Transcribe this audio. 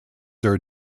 their